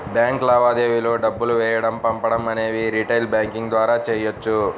bank లావాదేవీలు డబ్బులు వేయడం పంపడం అనేవి రిటైల్ బ్యాంకింగ్ ద్వారా చెయ్యొచ్చు